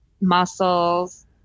muscles